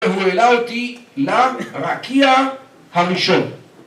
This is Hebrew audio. ‫הוא העלה אותי לרקיע הראשון.